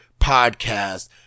podcast